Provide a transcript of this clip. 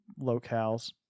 locales